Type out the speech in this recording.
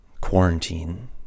quarantine